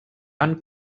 van